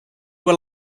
were